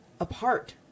apart